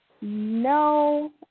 No